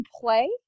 play